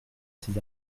ces